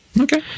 Okay